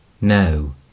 No